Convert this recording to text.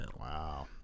Wow